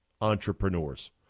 entrepreneurs